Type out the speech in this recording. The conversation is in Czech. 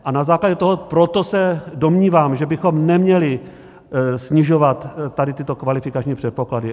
A na základě toho se domnívám, že bychom neměli snižovat tyto kvalifikační předpoklady.